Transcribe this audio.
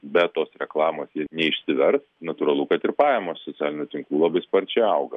be tos reklamos jie neišsivers natūralu kad ir pajamos socialinių tinklų labai sparčiai auga